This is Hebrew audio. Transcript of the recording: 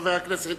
חבר הכנסת